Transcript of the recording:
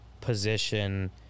position